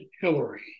Hillary